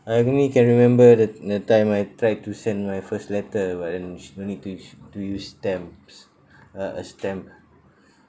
I only can remember the the time I tried to send my first letter but then s~ no need to use to use stamps uh a stamp